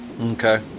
Okay